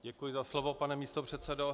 Děkuji za slovo, pane místopředsedo.